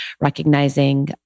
recognizing